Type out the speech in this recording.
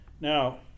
Now